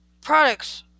Products